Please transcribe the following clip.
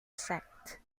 sect